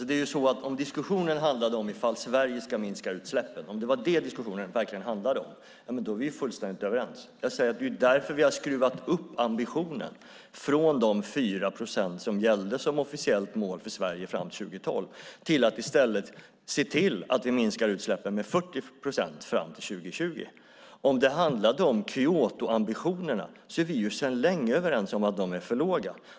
Fru talman! Om diskussionen verkligen handlade om i fall Sverige ska minska utsläppen är vi fullständigt överens. Det är därför vi har skruvat upp ambitionen från de 4 procent som gällde som officiellt mål för Sverige år 2012 till att vi i stället minskar utsläppen med 40 procent fram till år 2020. Om det handlade om Kyotoambitionerna är vi sedan länge överens om att de är för låga.